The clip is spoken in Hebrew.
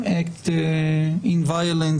שהוא אחראי עליו,